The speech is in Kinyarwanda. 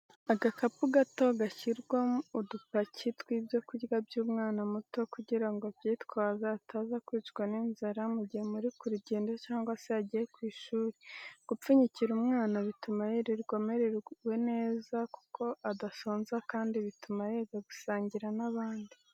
Agakapu gato gashyirwa udupaki tw'ibyo kurya by'umwana muto kugirango abyitwaze ataza kwicwa n'inzara mu gihe muri ku rugendo cyangwa se yagiye ku ishuri, gupfunyikira umwana bituma yirirwa amerewe neza kuko adasonza kandi bituma yiga gusangira n'abandi.